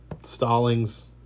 Stallings